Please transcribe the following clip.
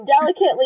delicately